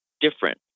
different